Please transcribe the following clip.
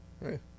right